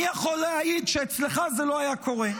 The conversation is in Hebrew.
אני יכול להעיד שאצלך זה לא היה קורה.